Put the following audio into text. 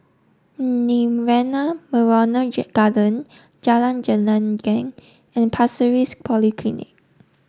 Nirvana Memorial Garden Jalan Gelenggang and Pasir Ris Polyclinic